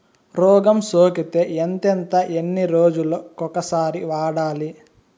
రోగం సోకితే ఎంతెంత ఎన్ని రోజులు కొక సారి వాడాలి?